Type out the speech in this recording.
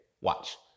Watch